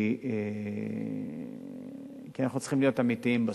כי אנחנו צריכים להיות אמיתיים בסוף.